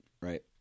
Right